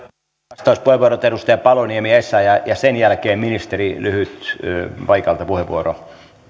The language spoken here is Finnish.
vastauspuheenvuorot edustaja paloniemi ja essayah ja sen jälkeen ministeri lyhyt puheenvuoro